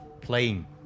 playing